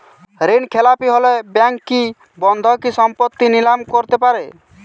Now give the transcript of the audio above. ঋণখেলাপি হলে ব্যাঙ্ক কি বন্ধকি সম্পত্তি নিলাম করতে পারে?